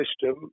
system